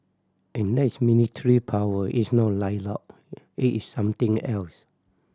and that's military power it's not it is something else